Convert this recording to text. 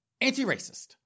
anti-racist